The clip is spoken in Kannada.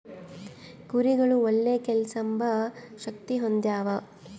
ಕುರಿಗುಳು ಒಳ್ಳೆ ಕೇಳ್ಸೆಂಬ ಶಕ್ತಿ ಹೊಂದ್ಯಾವ